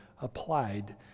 applied